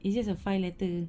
it's just a five letter